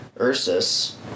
Ursus